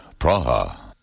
Praha